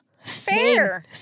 Fair